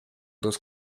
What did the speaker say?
dos